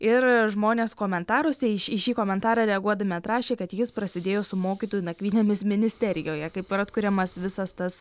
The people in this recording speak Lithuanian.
ir žmonės komentaruose į šį šį komentarą reaguodami atrašė kad jis prasidėjo su mokytojų nakvynėmis ministerijoje kaip atkuriamas visas tas